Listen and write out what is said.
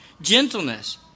gentleness